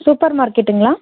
super மார்கெட்டுங்களா